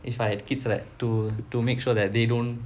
if I had kids right to to make sure that they don't